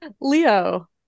leo